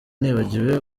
nibagiwe